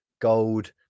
gold